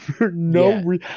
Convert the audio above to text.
no